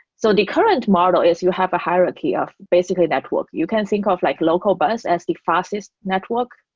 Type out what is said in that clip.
so the current model is you have a hierarchy of basically network. you can think of like local bus as the fastest network,